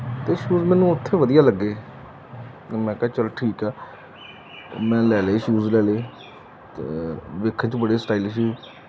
ਤੇ ਸ਼ੂਜ ਮੈਨੂੰ ਉਥੇ ਵਧੀਆ ਲੱਗੇ ਮੈਂ ਕਿਹਾ ਚਲੋ ਠੀਕ ਆ ਮੈਂ ਲੈ ਲਏ ਸ਼ੂਜ ਲੈ ਲਏ ਤੇ ਵੇਖੇ ਤਾਂ ਬੜੇ ਸਟਾਈਲਿਸ਼ ਸੀ